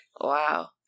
Wow